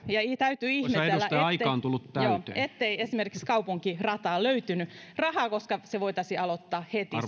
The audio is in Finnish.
ja täytyy ihmetellä ettei esimerkiksi kaupunkirataan löytynyt rahaa koska se työ voitaisiin aloittaa heti